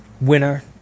Winner